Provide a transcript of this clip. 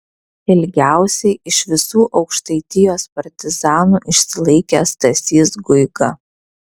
ilgiausiai iš visų aukštaitijos partizanų išsilaikė stasys guiga